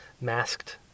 masked